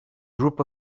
group